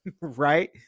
Right